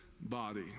body